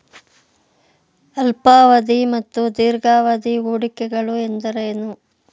ಅಲ್ಪಾವಧಿ ಮತ್ತು ದೀರ್ಘಾವಧಿ ಹೂಡಿಕೆಗಳು ಎಂದರೇನು?